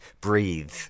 breathe